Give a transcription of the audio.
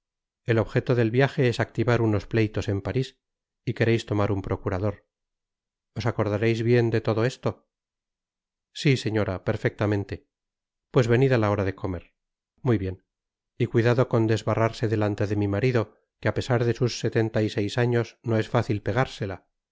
el objeto del viaje es activar unos pleitos en paris y quereis tomar un procurador os acordareis bien de todo esto si señora perfectamente pues venid á la hora de comer muy bien y cuidado con desbarrarse delante de mi marido que á pesar de sus setenta y seis años no es fácil pegársela